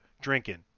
drinking